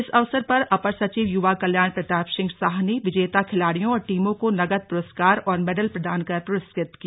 इस अवसर पर अपर सचिव युवा कल्याण प्रताप सिंह शाह ने विजेता खिलाड़ियों और टीमों को नकद पुरस्कार और मेडल प्रदान कर पुरस्कृत किया